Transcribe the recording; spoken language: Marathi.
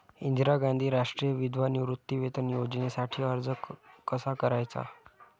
इंदिरा गांधी राष्ट्रीय विधवा निवृत्तीवेतन योजनेसाठी अर्ज कसा करायचा?